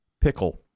pickle